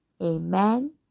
Amen